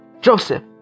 Joseph